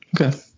Okay